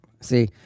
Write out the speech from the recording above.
See